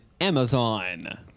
Amazon